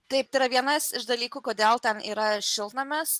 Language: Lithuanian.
taip tai yra vienas iš dalykų kodėl tam yra šiltnamis